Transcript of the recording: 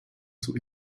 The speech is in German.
zur